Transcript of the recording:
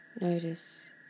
Notice